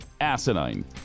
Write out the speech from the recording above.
Asinine